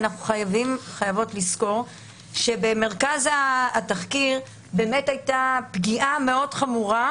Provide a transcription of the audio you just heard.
אנחנו חייבים וחייבות לזכור שבמרכז התחקיר באמת הייתה פגיעה מאוד חמורה,